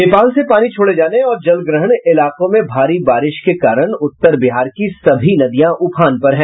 नेपाल से पानी छोड़े जाने और जलग्रहण इलाकों में भारी बारिश के कारण उत्तर बिहार की सभी नदिया उफान पर हैं